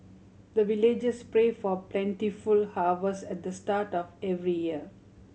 the villagers pray for plentiful harvest at the start of every year